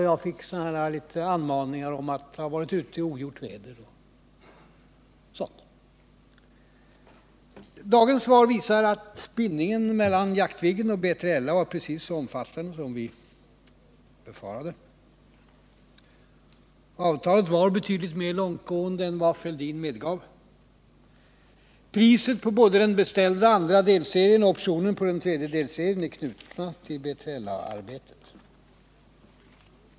Jag fick höra antydningar om att jag skulle ha varit ute i ogjort väder m.m. Dagens svar visar att bindningen mellan Jaktviggen och B3LA var precis så omfattande som vi befarade. Avtalet var betydligt mer långtgående än vad herr Fälldin medgav. Priset vad gäller både den beställda andra delserien och optionen på den tredje delserien är knutet till BILA-arbetet.